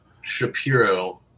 Shapiro